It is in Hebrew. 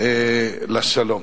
תרומה לשלום.